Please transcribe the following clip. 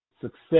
Success